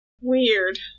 Weird